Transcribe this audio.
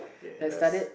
had studied